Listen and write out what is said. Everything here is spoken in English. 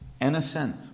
innocent